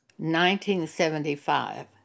1975